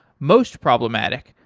most problematic,